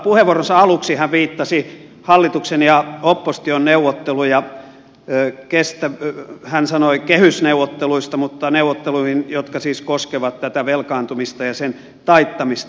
puheenvuoronsa aluksi hän viittasi hallituksen ja opposition neuvotteluihin hän puhui kehysneuvotteluista mutta neuvotteluihin jotka siis koskevat tätä velkaantumista ja sen taittamista